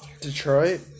Detroit